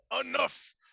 Enough